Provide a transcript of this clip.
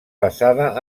basada